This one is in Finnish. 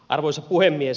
arvoisa puhemies